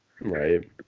Right